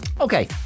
Okay